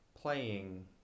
playing